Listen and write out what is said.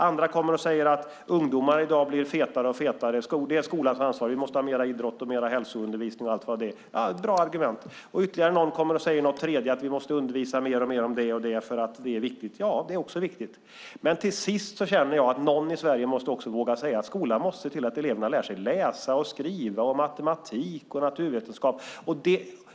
Andra säger att ungdomar blir fetare och fetare i dag. Det är skolans ansvar. Vi måste ha mer idrott och mer hälsoundervisning. Det är bra argument. Ytterligare någon säger något tredje där vi måste undervisa mer och mer eftersom det är viktigt. Ja, det är också viktigt. Men till sist känner jag att någon i Sverige också måste våga säga att skolan måste se till att eleverna lär sig att läsa och skriva och matematik och naturvetenskap.